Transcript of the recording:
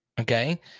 Okay